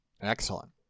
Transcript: Excellent